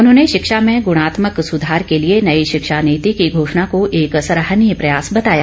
उन्होंने शिक्षा में ग्णात्मक सुधार के लिए नई शिक्षा नीति की घोषणा को एक सराहनीय प्रयास बताया